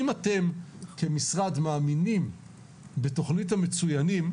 אם אתם כמשרד מאמינים בתוכנית המצוינים,